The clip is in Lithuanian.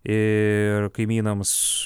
ir kaimynams